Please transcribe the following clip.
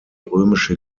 römische